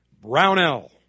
Brownell